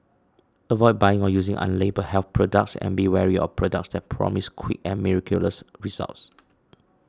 avoid buying or using unlabelled health products and be wary of products that promise quick and miraculous results